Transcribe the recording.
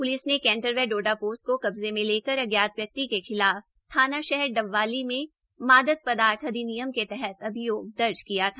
police ने canter व डोडा पोस्त को कब्जे में लेकर अज्ञात व्यक्ति के खिलाफ थाना शहर डवबाली में मादक पदार्थ अधिनियम के तहत अभियोग दर्ज किया था